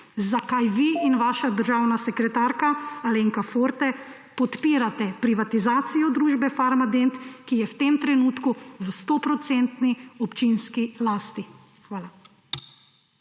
zakaj vi in vaša državna sekretarka Alenka Forte podpirate privatizacijo družbe Farmadent, ki je v tem trenutku v 100-odstotni občinski lasti? Hvala.